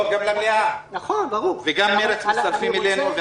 גם מרצ מצטרפים אלינו.